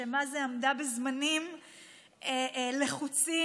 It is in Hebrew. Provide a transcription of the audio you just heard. שמה-זה עמדה בזמנים לחוצים,